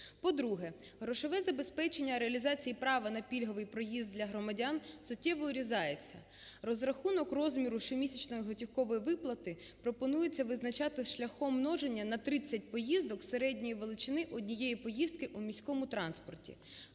По-друге, грошове забезпечення реалізації права на пільговий проїзд для громадян суттєво урізається. Розрахунок розміру щомісячної готівкової виплати пропонується визначати шляхом множення на 30 поїздок середньої величини однієї поїздки у міському транспорті.